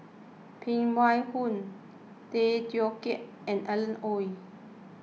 Phan Wait Hong Tay Teow Kiat and Alan Oei